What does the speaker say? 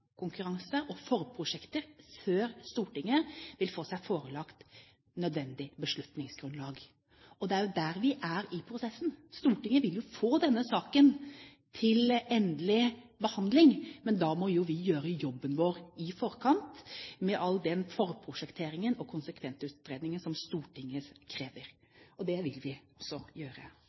og forprosjekter før Stortinget vil få seg forelagt nødvendig beslutningsgrunnlag. Og det er jo der vi er i prosessen. Stortinget vil få denne saken til endelig behandling, men da må jo vi gjøre jobben vår i forkant, med all den forprosjekteringen og de konsekvensutredninger som Stortinget krever. Det vil vi også gjøre.